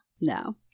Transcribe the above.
No